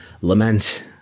lament